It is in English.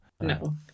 No